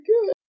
good